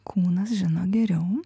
kūnas žino geriau